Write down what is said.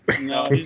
No